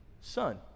son